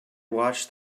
watched